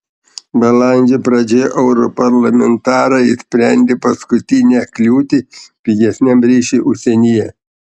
balandžio pradžioje europarlamentarai išsprendė paskutinę kliūtį pigesniam ryšiui užsienyje